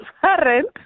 parent